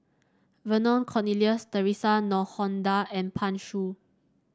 Vernon Cornelius Theresa Noronha and Pan Shou